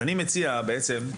אני מציע בעצם,